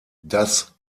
das